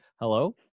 Hello